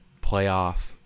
playoff